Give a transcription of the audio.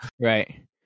Right